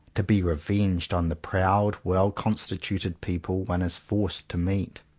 to be revenged on the proud, well-constituted people one is forced to meet.